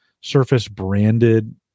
Surface-branded